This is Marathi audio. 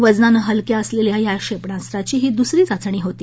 वजनानं हलक्या असलेल्या या क्षेपणास्त्राची ही दुसरी चाचणी होती